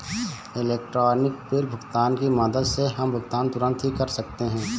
electronic bill भुगतान की मदद से हम भुगतान तुरंत ही कर सकते हैं